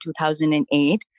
2008